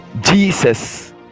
Jesus